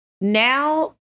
Now